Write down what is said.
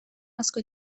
asko